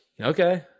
okay